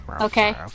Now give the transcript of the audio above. okay